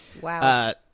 Wow